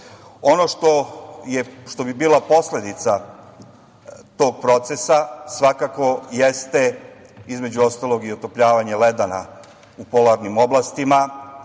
što bi bila posledica tog procesa svakako jeste, između ostalog, i otopljavanje leda u polarnim oblastima